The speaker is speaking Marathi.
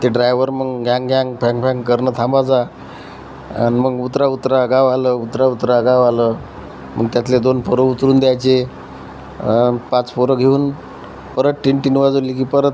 ते ड्रायव्हर मग गॅंग गॅंग फॅंग फॅंग करणं थांबवायचं आणि मग उतरा उतरा गाव आलं उतरा उतरा गाव आलं मग त्यातले दोन पोरं उतरून द्यायचे पाच पोरं घेऊन परत टिन टिन वाजवली की परत